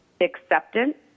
acceptance